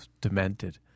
demented